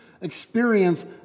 experience